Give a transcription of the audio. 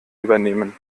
übernehmen